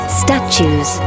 statues